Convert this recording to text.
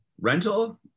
rental